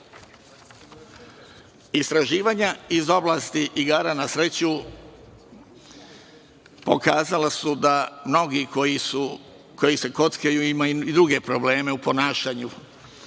života. Istraživanja iz oblasti igara na sreću pokazala su da mnogi koje se kockaju imaju i druge probleme u ponašanju.